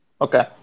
Okay